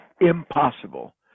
Impossible